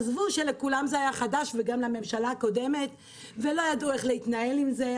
עזבו שלכולם זה היה חדש וגם לממשלה הקודמת ולא ידעו איך להתנהל עם זה.